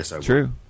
True